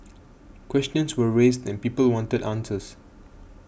questions were raised and people wanted answers